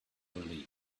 relieved